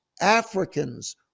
Africans